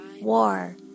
war